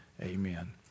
Amen